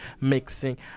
mixing